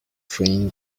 train